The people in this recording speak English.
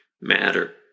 matter